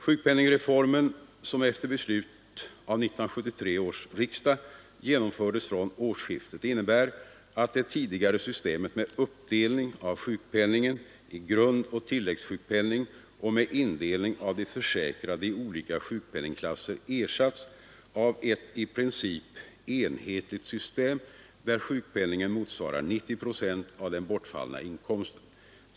Sjukpenningreformen, som efter beslut av 1973 års riksdag genomfördes från årsskiftet, innebär att det tidigare systemet med uppdelning av sjukpenningen i grundoch tilläggssjukpenning och med indelning av de försäkrade i olika sjukpenningklasser ersätts av ett i princip enhetligt system, där sjukpenningen motsvarar 90 procent av den bortfallna inkomsten.